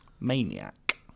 Maniac